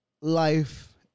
life